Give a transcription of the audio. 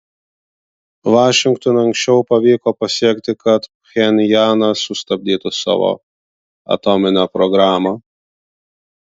vašingtonui anksčiau pavyko pasiekti kad pchenjanas sustabdytų savo atominę programą